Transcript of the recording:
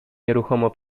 nieruchomo